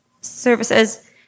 services